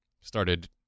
started –